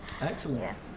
Excellent